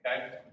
okay